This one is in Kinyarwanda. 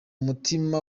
mutima